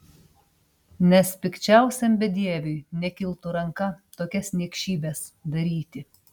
nes pikčiausiam bedieviui nekiltų ranka tokias niekšybes daryti